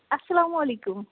اَسَلام علیکُم